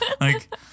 Like-